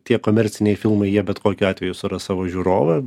tie komerciniai filmai jie bet kokiu atveju suras savo žiūrovą